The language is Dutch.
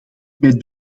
met